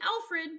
Alfred